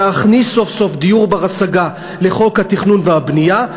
להכניס סוף-סוף דיור בר-השגה לחוק התכנון והבנייה,